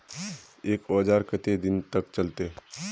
एक औजार केते दिन तक चलते?